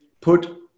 put